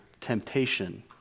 temptation